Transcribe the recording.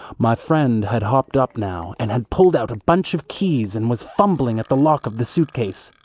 my friend had hopped up now and had pulled out a bunch of keys and was fumbling at the lock of the suit case.